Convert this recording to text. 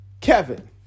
Kevin